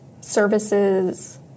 Services